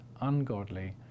ungodly